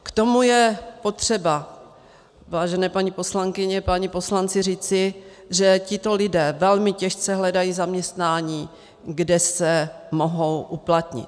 K tomu je potřeba, vážené paní poslankyně, páni poslanci, říci, že tito lidé velmi těžce hledají zaměstnání, kde se mohou uplatnit.